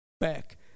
back